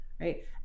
right